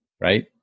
right